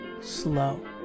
slow